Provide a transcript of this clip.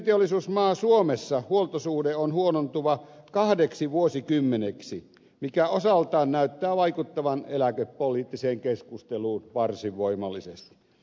vientiteollisuusmaa suomessa huoltosuhde on huonontuva kahdeksi vuosikymmeneksi mikä osaltaan näyttää vaikuttavan eläkepoliittiseen keskusteluun varsin voimallisesti